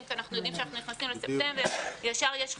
כי אנחנו יודעים שאנחנו נכנסים לספטמבר ומיד יש את החגים.